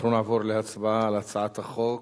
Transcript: אנחנו נעבור להצבעה על הצעת החוק